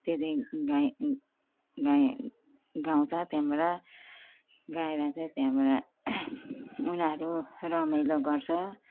त्यो दिन गाइ गाइ गाउँछ त्यहाँबाट गाएर चाहिँ त्यहाँबाट उनीहरू रमाइलो गर्छ